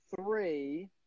three